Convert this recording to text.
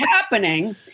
happening